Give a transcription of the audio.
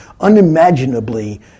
unimaginably